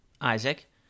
Isaac